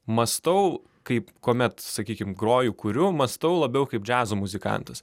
mąstau kaip kuomet sakykim groju kuriu mąstau labiau kaip džiazo muzikantas